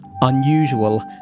unusual